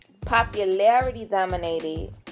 Popularity-dominated